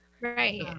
right